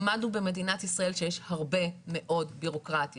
למדנו במדינת ישראל שיש הרבה מאוד ביורוקרטיה.